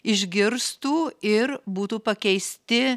išgirstų ir būtų pakeisti